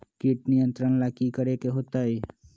किट नियंत्रण ला कि करे के होतइ?